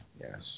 yes